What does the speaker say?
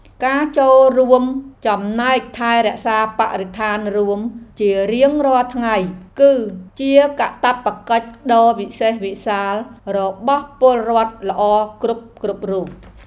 ការចូលរួមចំណែកថែរក្សាបរិស្ថានរួមជារៀងរាល់ថ្ងៃ គឺជាកាតព្វកិច្ចដ៏វិសេសវិសាលរបស់ពលរដ្ឋល្អគ្រប់ៗរូប។